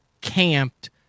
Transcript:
camped